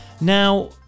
now